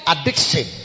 addiction